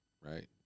Right